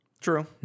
True